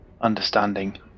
understanding